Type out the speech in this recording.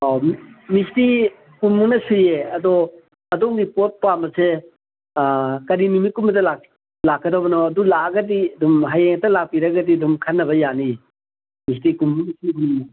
ꯑꯧ ꯃꯤꯁꯇ꯭ꯔꯤ ꯀꯨꯟꯃꯨꯛꯅ ꯁꯨꯏꯌꯦ ꯑꯗꯣ ꯑꯗꯣꯝꯒꯤ ꯄꯣꯠ ꯄꯥꯝꯕꯁꯦ ꯀꯔꯤ ꯅꯨꯃꯤꯠꯀꯨꯝꯕꯗ ꯂꯥꯛꯀꯗꯕꯅꯣ ꯑꯗꯨ ꯂꯥꯛꯑꯒꯤ ꯑꯗꯨꯝ ꯍꯌꯦꯡ ꯍꯦꯛꯇ ꯂꯥꯛꯄꯤꯔꯒꯗꯤ ꯑꯗꯨꯝ ꯈꯟꯅꯕ ꯌꯥꯅꯤ ꯃꯤꯁꯇ꯭ꯔꯤ ꯀꯨꯟꯃꯨꯛꯅ ꯁꯨꯕꯅꯤꯅ